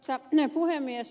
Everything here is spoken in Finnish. arvoisa puhemies